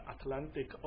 Atlantic